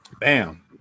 Bam